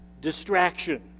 distraction